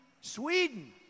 Sweden